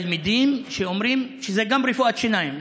לתלמידים שאומרות שזה גם רפואת שיניים,